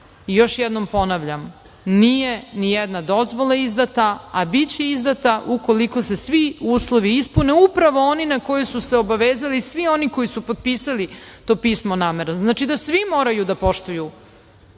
još jednom ponavljam, nije ni jedna dozvola izdata, a biće izdata ukoliko se svi uslovi ispune, upravo oni na koje su se obavezali svi oni koji su potpisali to pismo namere. Znači, svi moraju da poštuju